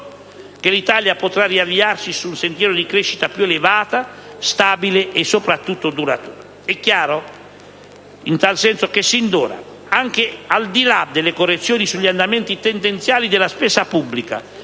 l'Italia potrà riavviarsi su un sentiero di crescita più elevata, stabile e soprattutto duratura. È chiaro in tal senso che sin d'ora, anche al di là delle correzioni sugli andamenti tendenziali della spesa pubblica,